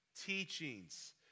teachings